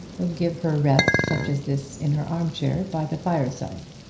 would give her rest such as this in her arm-chair by the fire-side.